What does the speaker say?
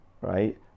Right